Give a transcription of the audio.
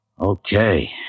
Okay